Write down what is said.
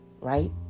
Right